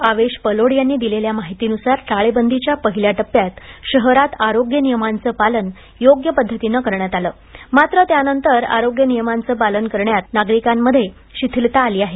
आवेश पलोड यांनी दिलेल्या माहितीनुसार लॉक डाऊनच्या पहिल्या टप्प्यात शहरात आरोग्य नियमांचं पालन योग्य पद्धतीने करण्यात आलं मात्र त्यानंतर आरोग्य नियमांचे पालन करण्यात नागरिकांत शिथिलता आली आहे